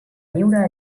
viure